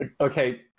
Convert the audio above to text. Okay